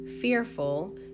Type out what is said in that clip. fearful